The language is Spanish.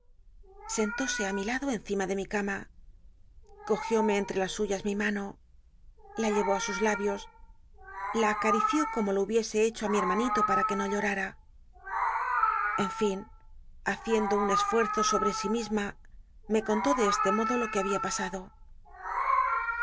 sentóse ü mi lado encima de mi cama cogiómc entre las suyas mi mano la llevó ü sus la bios la acat'ició como lo hubiese hecho ü mi hermanito para que no llotma en nn haciendo un csfuctzo sobro sí misma me contó de os te modo lo que había pasado